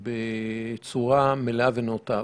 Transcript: בצורה מלאה ונאותה.